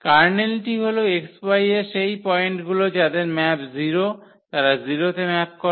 কার্নেলটি হল X এর সেই পয়েন্টগুলি যাদের ম্যাপ 0 তারা 0 তে ম্যাপ করে